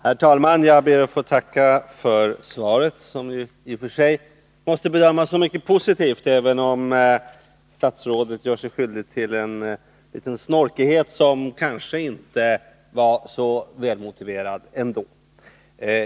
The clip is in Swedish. Herr talman! Jag ber att få tacka för svaret, som i och för sig måste bedömas som mycket positivt, även om statsrådet gör sig skyldig till en liten snorkighet, som kanske inte var så välmotiverad.